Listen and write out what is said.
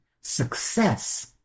success